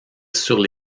sur